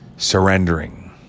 surrendering